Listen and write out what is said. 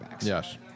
Yes